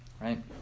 Right